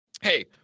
Hey